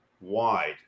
wide